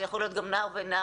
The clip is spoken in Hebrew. זה יכול להיות גם נער ונערה,